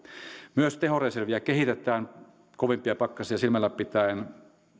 myös tehoreserviä kehitetään kovimpia pakkasia silmällä pitäen